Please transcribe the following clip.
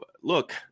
look